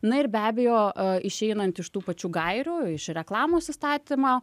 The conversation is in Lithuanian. na ir be abejo išeinant iš tų pačių gairių iš reklamos įstatymo